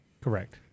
Correct